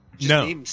No